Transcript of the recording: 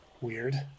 weird